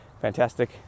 fantastic